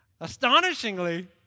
Astonishingly